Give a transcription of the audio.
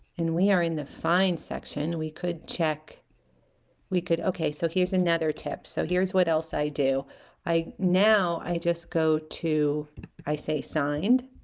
and we are in the find section we could check we could okay so here's another tip so here's what else i do i now i just go to i say signed